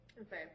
Okay